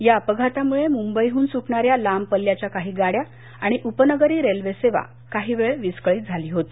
या अपघातामुळे मुंबईहन सुटणाऱ्या लांब पल्ल्याच्या काही गाड्या आणि उपनगरी रेल्वे सेवा काहीवेळ विस्कळीत झाली होती